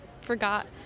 forgot